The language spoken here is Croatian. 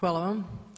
Hvala vam.